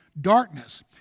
darkness